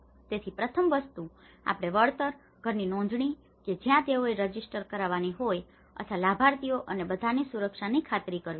તેથી પ્રથમ વસ્તુ આપણે વળતર ઘરની નોંધણી કે જ્યાં તેઓએ રજિસ્ટર કરાવવાની હોય ત્યાં અથવા લાભાર્થીઓ અને બધાની સુરક્ષાની ખાતરી કરવી પડશે